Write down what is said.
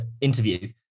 interview